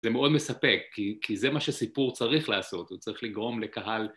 זה מאוד מספק, כי זה מה שסיפור צריך לעשות, הוא צריך לגרום לקהל.